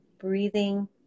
breathing